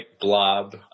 blob